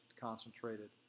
concentrated